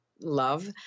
love